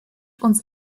uns